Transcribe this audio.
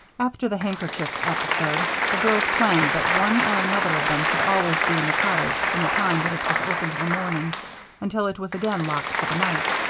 after the handkerchief episode, the girls planned that one or another of them should always be in the cottage from the time that it was opened in the morning until it was again locked for the night.